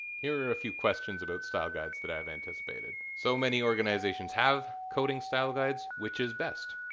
here are a few questions about style guides that i've anticipated. so many organizations have coding style guides, which is best?